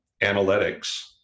analytics